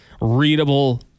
readable